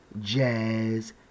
jazz